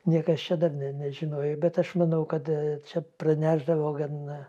niekas čia dar ne nežinojo bet aš manau kad čia pranešdavo gana